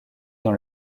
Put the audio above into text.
dans